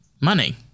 money